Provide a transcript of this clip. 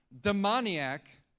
demoniac